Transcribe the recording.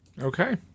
Okay